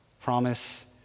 Promise